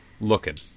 looking